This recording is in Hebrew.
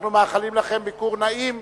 ואנחנו מאחלים לכן ביקור נעים